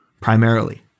primarily